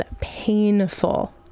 painful